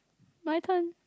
my turn